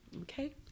Okay